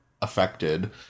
affected